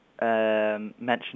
mentioned